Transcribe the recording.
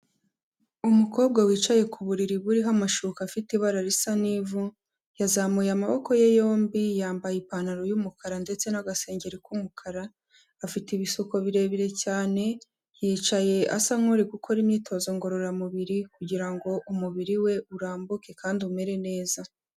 Umukobwa wicaye ku buriri buriho amashuka afite ibara risa n'ivu, yazamuye amaboko ye yombi, yambaye ipantaro yumukara ndetse n'agasengero k'umukara, afite ibisuko birebire cyane, yicaye asa nk'uri gukora imyitozo ngororamubiri kugira ngo umubiri we urambuke kandi umere neza.